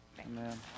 Amen